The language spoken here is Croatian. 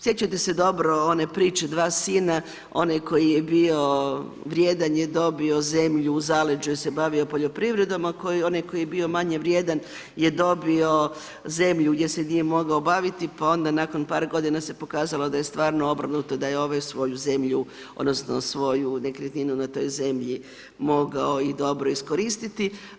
Sjećate se dobro one priče 2 sina onaj koji je bio vrijedan je dobio zemlju u zaleđu se je bavio poljoprivredom, a onaj koji je bio manje vrijedan je dobio zemlju gdje se nije mogao baviti, pa onda nakon par godina, se pokazalo da je stvarno obrnuto, da je ovaj svoju zemlju, odnosno, nekretninu na toj zemlji mogao i dobro iskoristit.